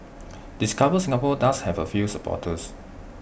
discover Singapore does have A few supporters